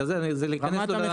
זה להיכנס לו.